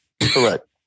Correct